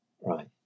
Right